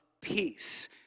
peace